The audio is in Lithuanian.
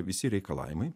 visi reikalavimai